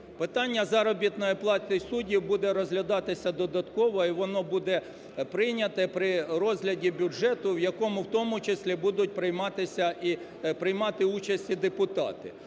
Питання заробітної плати суддів буде розглядатися додатково і воно буде прийняте при розгляді бюджету, в якому, в тому числі, будуть приймати участь і депутати.